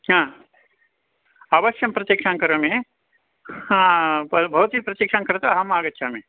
हा अवश्यं प्रतिक्षां करोमि हा परं भवती प्रतिक्षां करोतु अहम् आगच्छामि